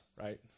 right